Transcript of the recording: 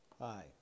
Hi